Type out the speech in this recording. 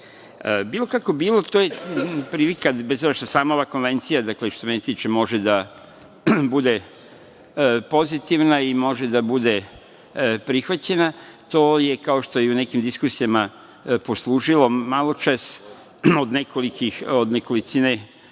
kako bilo, to je prilika, bez obzira što sama ova konvencija, što se mene tiče može da bude pozitivna i može da bude prihvaćena, to je kao što je u nekim diskusijama poslužilo maločas od nekolicine